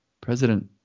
President